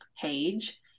page